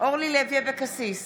אורלי לוי אבקסיס,